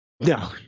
No